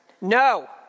No